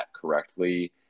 correctly